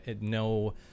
No